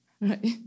right